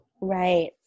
Right